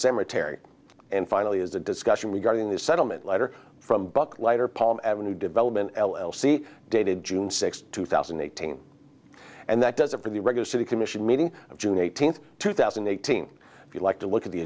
cemetery and finally is a discussion regarding the settlement letter from buck liter palm ave development l l c dated june sixth two thousand and eighteen and that does it for the regulatory commission meeting of june eighteenth two thousand and eighteen if you like to look at the